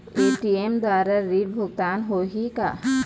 ATM द्वारा ऋण भुगतान होही का?